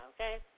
okay